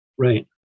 Right